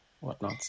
whatnot